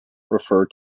refer